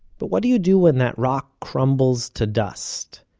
but what do you do when that rock crumbles to dust?